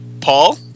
Paul